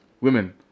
women